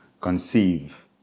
conceive